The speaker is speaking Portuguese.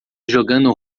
jogando